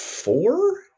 Four